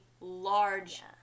large